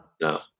No